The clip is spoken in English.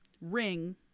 ring